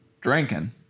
drinking